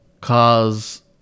cause